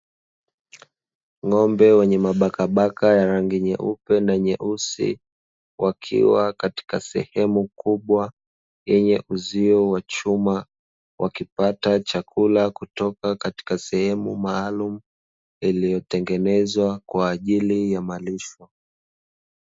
Ng'ombe wenye mabakabaka wenye rangi nyeupe na nyeusi wakiwa katika sehemu kubwa yenye uzio wa chuma, wakipata chakula kutoka katika sehemu maalumu iliyotengenezwa kwa ajili ya malisho .